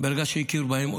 ברגע שהכיר בהם,